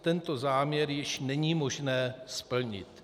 Tento záměr již není možné splnit.